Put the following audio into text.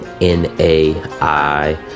N-A-I